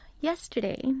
Yesterday